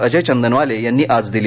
अजय चंदनवाले यांनी आज दिली